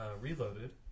reloaded